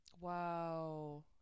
wow